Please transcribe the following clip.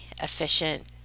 efficient